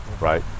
right